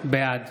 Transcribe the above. בעד